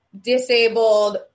disabled